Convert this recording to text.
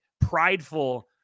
prideful